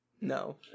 no